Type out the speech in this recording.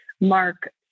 Mark